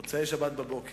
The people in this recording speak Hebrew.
מוצאי-שבת בבוקר.